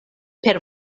per